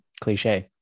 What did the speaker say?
cliche